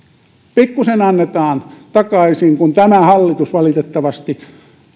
pikkusen annetaan takaisin kun tämä hallitus valitettavasti